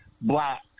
black